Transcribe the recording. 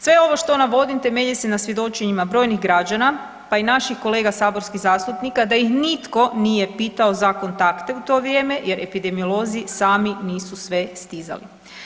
Sve ovo što navodim temelji se na svjedočenjima brojnih građana, pa i naših kolega saborskih zastupnika da ih nitko nije pitao za kontakte u to vrijeme jer epidemiolozi nisu sami sve stizali.